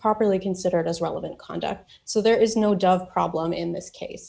properly considered as relevant conduct so there is no dog problem in this case